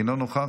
אינו נוכח,